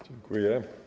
Dziękuję.